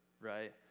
right